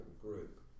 group